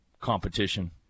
competition